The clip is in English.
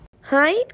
Hi